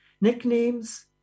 nicknames